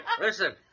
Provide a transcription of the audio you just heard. Listen